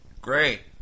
Great